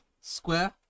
square